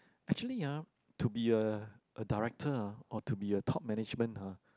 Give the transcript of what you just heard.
actually ah to be a a director ah or to be a top management ah